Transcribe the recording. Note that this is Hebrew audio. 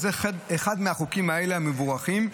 אז זה אחד מהחוקים המבורכים האלה,